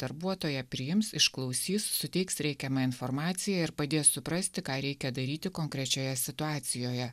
darbuotoja priims išklausys suteiks reikiamą informaciją ir padės suprasti ką reikia daryti konkrečioje situacijoje